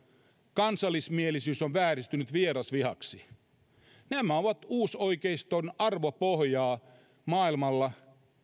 kansallismielisyys on vääristynyt vierasvihaksi nämä ovat uusoikeiston arvopohjaa maailmalla